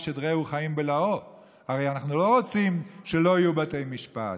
איש את רעהו חיים בלעו" הרי אנחנו לא רוצים שלא יהיו בתי משפט,